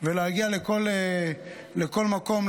ולהגיע לכל מקום,